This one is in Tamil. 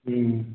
ம்